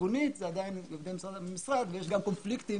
ארגונית וזה עדיין שונה ממשרד למשרד ויש גם קונפליקטים